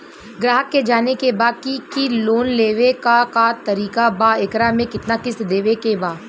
ग्राहक के जाने के बा की की लोन लेवे क का तरीका बा एकरा में कितना किस्त देवे के बा?